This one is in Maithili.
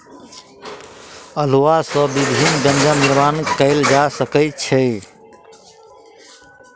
अउलुआ सॅ विभिन्न व्यंजन निर्माण कयल जा सकै छै